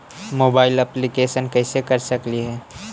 Mobile application कैसे कर सकेली?